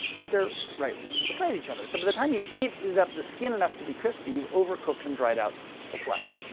but they're right beside each other. so by the time you've heated up the skin enough to be crispy, you've overcooked and dried out the flesh.